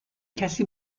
کسی